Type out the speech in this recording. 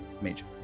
Major